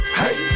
hey